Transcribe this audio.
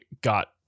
got